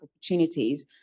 opportunities